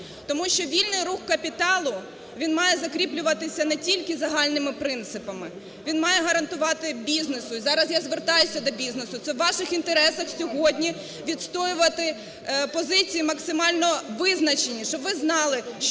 Тому що вільний рух капіталу він має закріплюватися не тільки загальними принципами, він має гарантувати бізнесу, і зараз я звертаюсь до бізнесу, це у ваших інтересах сьогодні відстоювати позиції максимально визначені. Щоб ви знали, що